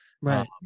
Right